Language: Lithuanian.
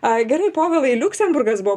ai gerai povilai liuksemburgas buvo